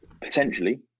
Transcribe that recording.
potentially